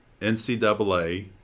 NCAA